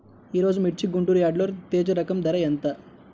ఈరోజు మిర్చి గుంటూరు యార్డులో తేజ రకం ధర ఎంత?